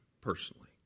personally